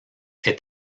est